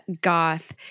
Goth